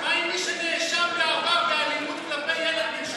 מה עם מי שנאשם בעבר באלימות כלפי ילד בן 13,